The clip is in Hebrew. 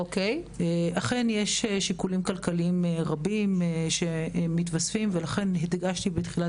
אכן יש שיקולים כלכליים רבים שמתווספים ולכן הדגשתי בתחילת